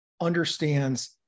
understands